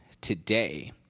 today